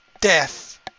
death